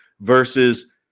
Versus